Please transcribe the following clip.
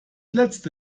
letzte